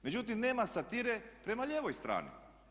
Međutim, nema satire prema lijevoj strani.